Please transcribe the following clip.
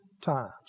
times